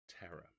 terror